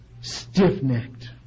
stiff-necked